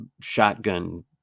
shotgun